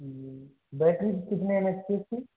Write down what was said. battery कितने M H की है इसकी